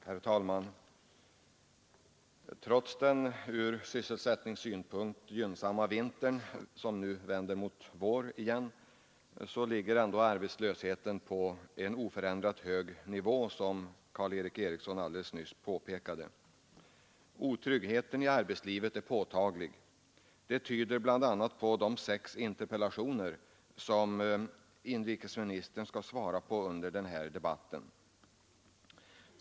Herr talman! Trots den ur sysselsättningssynpunkt gynnsamma vintern, som nu vänder mot vår, ligger arbetslösheten på en oförändrat hög nivå, vilket Karl Erik Eriksson alldeles nyss påpekade. Otryggheten i arbetslivet är påtaglig. Det tyder bl.a. de sex interpellationer på som inrikesministern skall svara på under den här debatten.